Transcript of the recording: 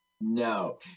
No